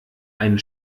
einen